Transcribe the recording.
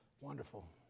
Wonderful